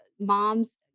Moms